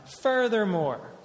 Furthermore